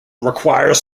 require